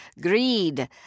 Greed